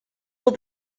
will